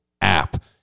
app